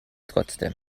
trotzdem